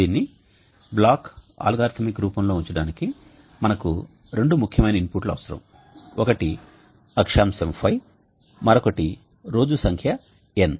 దీన్ని block algorithmic రూపంలో ఉంచడానికి మనకు రెండు ముఖ్యమైన ఇన్పుట్లు అవసరం ఒకటి అక్షాంశం ϕ మరొకటి రోజు సంఖ్య N